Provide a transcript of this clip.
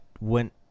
went